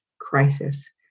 crisis